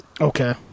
Okay